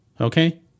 okay